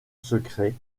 secret